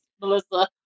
Melissa